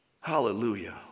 Hallelujah